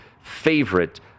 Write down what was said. favorite